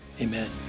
amen